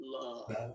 love